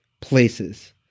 places